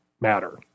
matter